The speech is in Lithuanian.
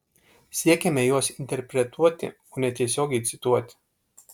siekiame juos interpretuoti o ne tiesiogiai cituoti